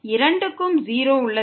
இரண்டும் 0 ஆக உள்ளது